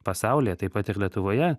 pasaulyje taip pat ir lietuvoje